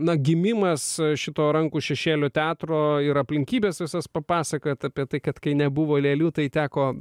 na gimimas šito rankų šešėlių teatro ir aplinkybes visas papasakojot apie tai kad kai nebuvo lėlių tai teko